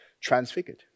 transfigured